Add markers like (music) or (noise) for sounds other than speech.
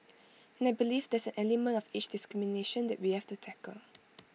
and I believe there's an element of age discrimination that we have to tackle (noise)